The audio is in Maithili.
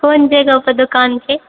कोन जगह पर दोकान छै